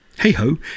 Hey-ho